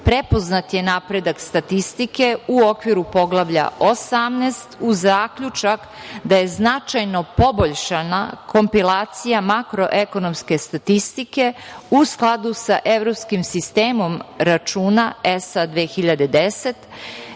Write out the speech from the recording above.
prepoznat je napredak statistike u okviru Poglavlja 18 uz zaključak da je značajno poboljšana kompilacija makroekonomske statistike u skladu sa Evropskim sistemom računa ESA 2010,